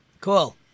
Cool